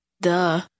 Duh